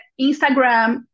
Instagram